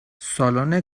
سالن